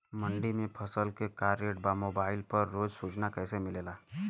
मंडी में फसल के का रेट बा मोबाइल पर रोज सूचना कैसे मिलेला?